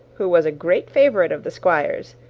who was a great favourite of the squire's,